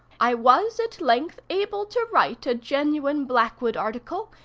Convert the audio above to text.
i was, at length, able to write a genuine blackwood article,